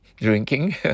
drinking